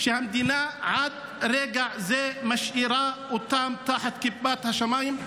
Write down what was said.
המדינה עד לרגע זה משאירה אותם תחת כיפת השמיים.